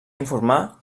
informar